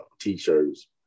T-shirts